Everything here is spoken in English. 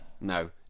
No